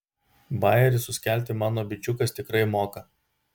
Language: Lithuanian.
bajerį suskelti mano bičiukas tikrai moka